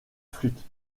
flûte